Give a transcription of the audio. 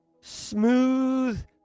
smooth